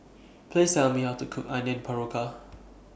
Please Tell Me How to Cook Onion